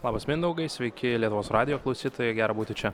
labas mindaugai sveiki lietuvos radijo klausytojai gera būti čia